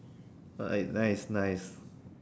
nice nice nice